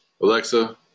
Alexa